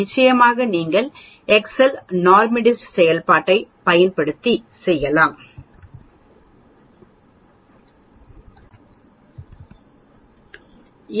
நிச்சயமாக நீங்கள் Excel NORMDIST செயல்பாட்டைப் பயன்படுத்தி இதைச் செய்யலாம்